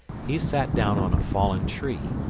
he sat down on a fallen tree,